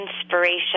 inspiration